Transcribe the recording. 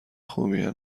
خوبیه